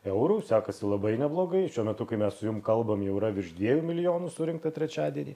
eurų sekasi labai neblogai šiuo metu kai mes kalbam jau yra virš dviejų milijonų surinkta trečiadienį